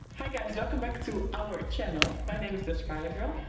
hi guys, welcome back to our channel! my name is dutch pilot girl.